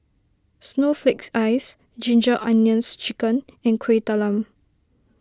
Snowflake Ice Ginger Onions Chicken and Kueh Talam